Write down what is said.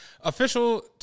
Official